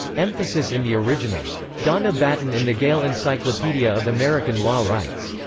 emphasis in the original donna batten in the gale encyclopedia of american law writes,